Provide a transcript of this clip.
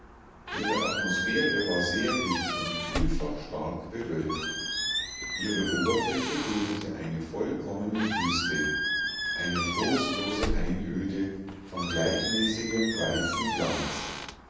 ihre atmosphäre war sehr dicht und vielfach stark bewölkt ihre oberfläche bildete eine vollkommene wüste eine trostlose einöde von gleichmäßigem weißen glanz